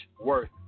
worth